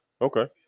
okay